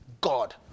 God